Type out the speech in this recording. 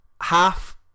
Half